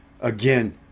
again